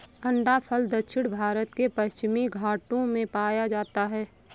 अंडाफल दक्षिण भारत के पश्चिमी घाटों में पाया जाता है